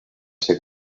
ser